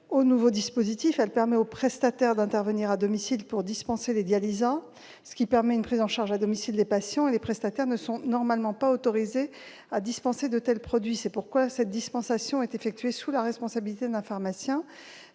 pour 2014. Elle permet aux prestataires d'intervenir à domicile pour dispenser les dialysats et autorise ainsi une prise en charge à domicile des patients. Les prestataires ne sont normalement pas autorisés à dispenser de tels produits. C'est pourquoi cette dispensation est effectuée sous la responsabilité d'un pharmacien.